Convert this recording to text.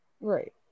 Right